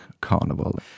Carnival